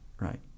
right